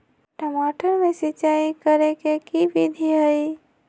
टमाटर में सिचाई करे के की विधि हई?